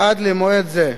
עד למועד זה,